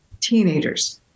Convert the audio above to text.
teenagers